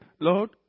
Lord